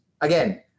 again